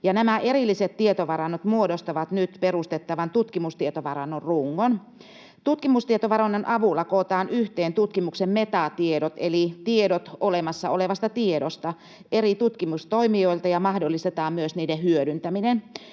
nämä erilliset tietovarannot muodostavat nyt perustettavan tutkimustietovarannon rungon. Tutkimustietovarannon avulla kootaan yhteen tutkimuksen metatiedot — eli tiedot olemassa olevasta tiedosta — eri tutkimustoimijoilta ja mahdollistetaan myös niiden hyödyntäminen.